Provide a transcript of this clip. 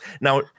Now